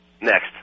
Next